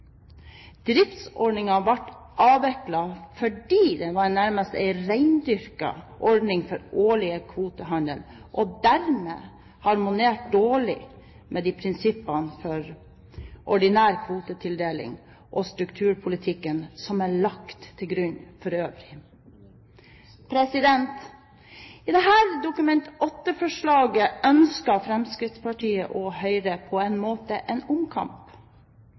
ble avviklet fordi det nærmest var en rendyrket ordning for årlig kvotehandel og dermed harmonerte dårlig med prinsippene for ordinær kvotetildeling og strukturpolitikken som er lagt til grunn for øvrig. Med dette Dokument 8-forslaget ønsker Fremskrittspartiet og Høyre på en måte en omkamp.